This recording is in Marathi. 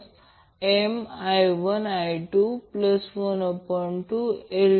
तर समीकरण 1 मधून कृपया हे सोडवा कृपया L साठी हे सोडवा